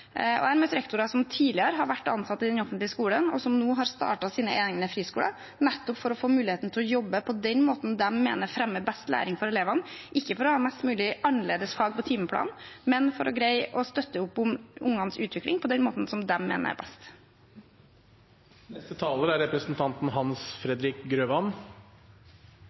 rektorer som tidligere har vært ansatt i den offentlige skolen som nå har startet egne friskoler, nettopp for å få mulighet til å jobbe på den måten de mener fremmer best læring for elevene – ikke for å ha flest mulig annerledes fag på timeplanen, men for å greie å støtte opp om barnas utvikling på den måten de mener er